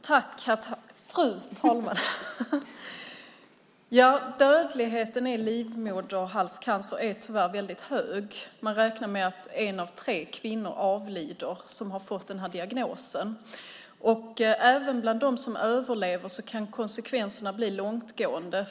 Fru talman! Dödligheten i livmoderhalscancer är tyvärr väldigt hög. Man räknar med att en av tre kvinnor som har fått den här diagnosen avlider. Även bland dem som överlever kan konsekvenserna bli långtgående.